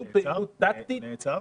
זאת פעילות טקטית --- הוא נעצר?